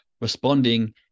responding